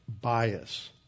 bias